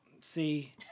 See